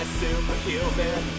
superhuman